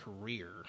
career